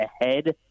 ahead